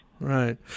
Right